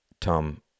Tom